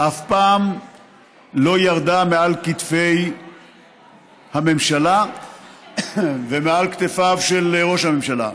אף פעם לא ירדה מעל כתפי הממשלה ומעל כתפיו של ראש הממשלה.